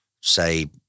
say